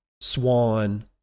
Swan